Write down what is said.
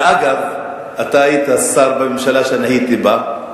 ואגב, אתה היית שר בממשלה שאני הייתי בה,